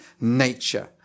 nature